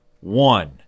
one